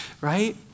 right